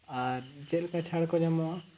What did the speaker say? ᱟᱨ ᱪᱮᱫ ᱞᱮᱠᱟ ᱪᱷᱟᱲ ᱠᱚ ᱧᱟᱢᱚᱜᱼᱟ